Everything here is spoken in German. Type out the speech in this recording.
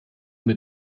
mit